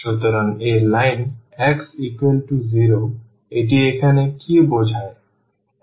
সুতরাং এই line x 0 এটি এখানে কী বোঝায়